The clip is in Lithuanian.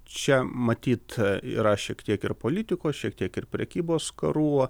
čia matyt yra šiek tiek ir politikos šiek tiek ir prekybos karų